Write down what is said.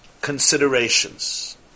considerations